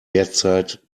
derzeit